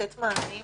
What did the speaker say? לתת מענים